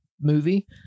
movie